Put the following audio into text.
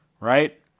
right